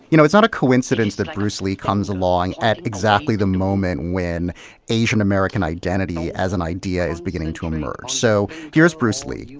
you know it's not a coincidence that bruce lee comes along at exactly the moment when asian american identity as an idea is beginning to emerge. so here's bruce lee,